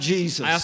Jesus